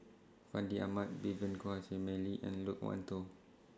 Fandi Ahmad Vivien Quahe Seah Mei Lin and Loke Wan Tho